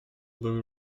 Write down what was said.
blue